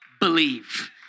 Believe